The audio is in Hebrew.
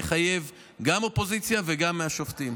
יחייב גם אופוזיציה וגם מהשופטים.